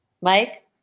Mike